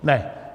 Ne.